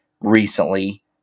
recently